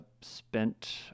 spent